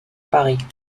paris